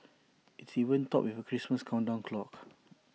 it's even topped with A Christmas countdown clock